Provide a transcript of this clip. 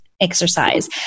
exercise